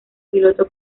piloto